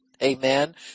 Amen